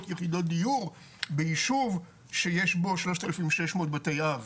יחידות דיור בישוב שיש בו שלושת אלפים שש מאות בתי אב,